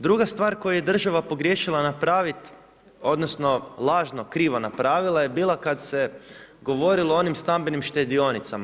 Druga stvar koju je država pogriješila napraviti, odnosno lažno/krivo napravila je bila kad se govorilo o onim stambenim štedionicama.